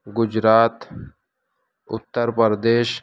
Gujarat Uttar Pradesh